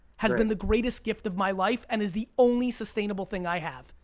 has been the greatest gift of my life, and is the only sustainable thing i have.